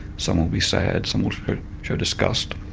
some will be sad, some will show disgust.